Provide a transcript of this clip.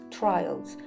trials